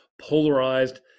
polarized